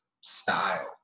style